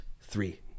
three